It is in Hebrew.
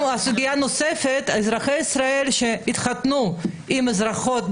סוגיה נוספת היא אזרחי ישראל שהתחתנו עם אזרחיות אוקראינה,